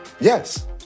Yes